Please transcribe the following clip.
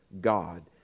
God